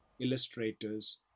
Illustrators